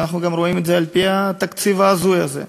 ואנחנו גם רואים את זה על-פי התקציב ההזוי הזה.